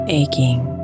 aching